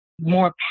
more